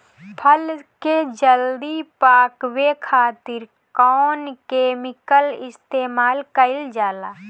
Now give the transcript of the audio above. फल के जल्दी पकावे खातिर कौन केमिकल इस्तेमाल कईल जाला?